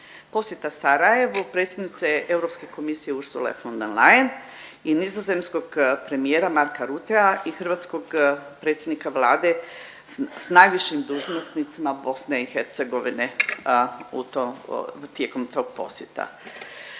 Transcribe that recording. posjeta Sarajevu predsjedniku EK Ursule von der Leyen i nizozemskog premijera Marka Ruttea i hrvatskog predsjednika Vlade s najvišim dužnosnicima BiH u tom, tijekom tog posjeta.